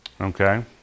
okay